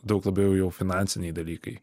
daug labiau jau finansiniai dalykai